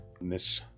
Miss